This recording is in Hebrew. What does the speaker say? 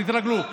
תתרגלו.